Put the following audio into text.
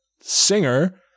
singer